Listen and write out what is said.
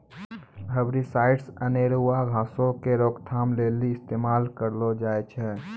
herbicides अनेरुआ घासो के रोकथाम लेली इस्तेमाल करलो जाय छै